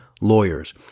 lawyers